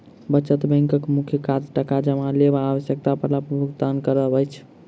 बचत बैंकक मुख्य काज टाका जमा लेब आ आवश्यता पड़ला पर भुगतान करब अछि